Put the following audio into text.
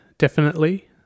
Definitely